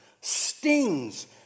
stings